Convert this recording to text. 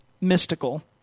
mystical